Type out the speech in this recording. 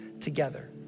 together